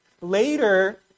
Later